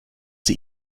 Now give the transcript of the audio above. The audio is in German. sie